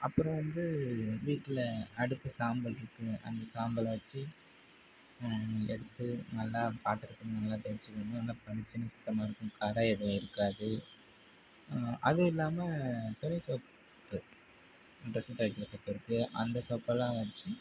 அப்புறம் வந்து வீட்டில் அடுப்பு சாம்பல் இருக்கில்ல அந்த சாம்பலை வச்சு எடுத்து நல்லா பாத்திரத்து மேலே தேய்ச்சி விட்டோம்னால் நல்லா பளிச்சுன்னு சுத்தமாக இருக்கும் கரை எதுவும் இருக்காது அது இல்லாமல் துணி சோப்பு ட்ரெஸ்ஸு துவைக்கிற சோப்பு இருக்குது அந்த சோப்பெல்லாம் வச்சு